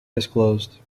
disclosed